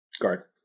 Guard